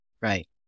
right